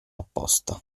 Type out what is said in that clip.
opposta